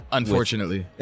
unfortunately